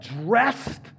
dressed